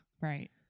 Right